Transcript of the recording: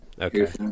Okay